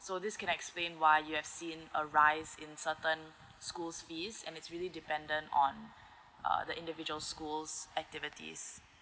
so this can explain why you have seen arise in certain schools fees and it's really dependent on uh the individual schools activities